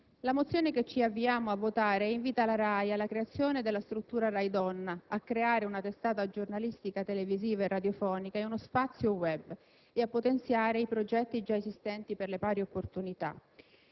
la mozione che ci avviamo a votare invita la RAI alla creazione della struttura «RAI Donna», a creare una testata giornalistica, televisiva e radiofonica e uno spazio *web*, e a potenziare i progetti già esistenti per le pari opportunità.